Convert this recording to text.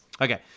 Okay